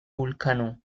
vulcano